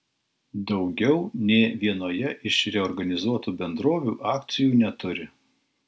daugiau nė vienoje iš reorganizuotų bendrovių akcijų neturi